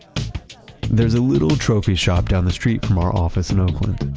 there's a little trophy shop down the street from our office in oakland.